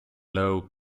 low